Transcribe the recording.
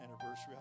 anniversary